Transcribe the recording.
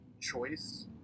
choice